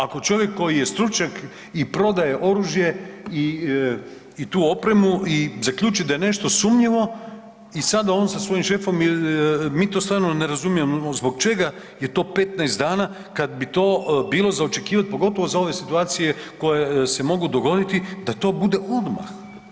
Ako čovjek koji je stručnjak i prodaje oružje i tu opremu i zaključi da je nešto sumnjivo i sada on sa svojim šefom, mi to stvarno ne razumijemo, zbog čega je to 15 dana, kad vi to bilo za očekivati, pogotovo za ove situacije koje se mogu dogoditi, da to bude odmah.